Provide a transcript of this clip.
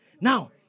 Now